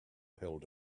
held